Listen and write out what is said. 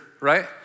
right